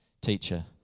teacher